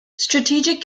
strategic